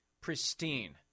pristine